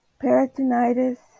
peritonitis